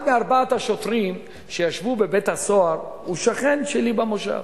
אחד מארבעת השוטרים שישבו בבית-הסוהר הוא שכן שלי במושב.